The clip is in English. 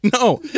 No